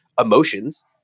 emotions